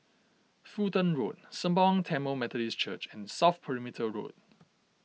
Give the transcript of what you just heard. Fulton Road Sembawang Tamil Methodist Church and South Perimeter Road